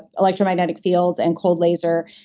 electromagnetic fields and cold laser.